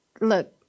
look